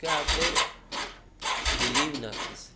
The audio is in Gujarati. કે આપણે બિલિવ ના કરી શકીએ